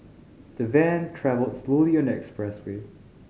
the van travelled slowly on the expressway